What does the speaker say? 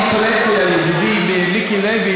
אני התפלאתי על ידידי מיקי לוי,